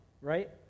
right